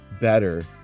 better